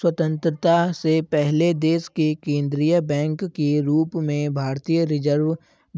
स्वतन्त्रता से पहले देश के केन्द्रीय बैंक के रूप में भारतीय रिज़र्व